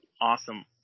Awesome